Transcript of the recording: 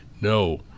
no